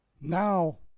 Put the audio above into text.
Now